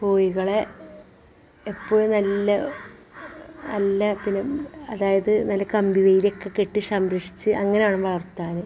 കോഴികളെ എപ്പോഴും നല്ല നല്ല പിന്നെ അതായത് നല്ല കമ്പി വേലി ഒക്കെ കെട്ടി സംരക്ഷിച്ച് അങ്ങനെ വേണം വളർത്താൻ